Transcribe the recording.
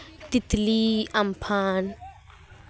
ᱛᱤᱛᱞᱤ ᱟᱢᱯᱷᱟᱱ